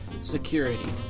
security